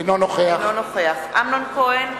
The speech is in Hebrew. אינו נוכח אמנון כהן,